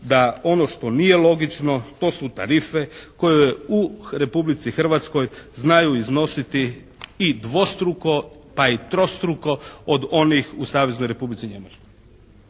da ono što nije logično, to su tarife koje u Republici Hrvatskoj znaju iznositi i dvostruko, pa i trostruko od onih u Saveznoj Republici Njemačkoj.